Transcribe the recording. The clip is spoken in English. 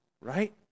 right